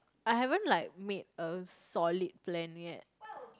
I haven't like made a solid plan yet